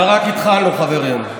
אבל רק התחלנו, חברים.